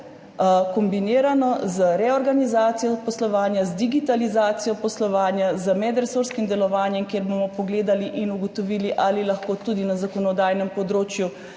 Kombinirano z reorganizacijo poslovanja, z digitalizacijo poslovanja, z medresorskim delovanjem, kjer bomo pogledali in ugotovili, ali lahko tudi na zakonodajnem področju